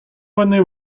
вони